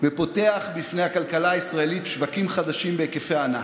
ופותח בפני הכלכלה הישראלית שווקים חדשים בהיקפי הענק.